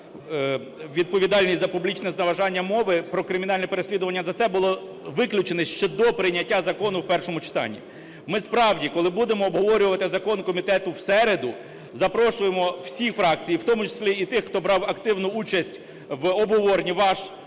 відповідальність за публічне зневажання мови, про кримінальні переслідування за це були виключені ще до прийняття закону в першому читанні. Ми, справді, коли будемо обговорювати закон комітету в середу, запрошуємо всі фракції і в тому числі і тих, хто брав активну участь в обговоренні, вас,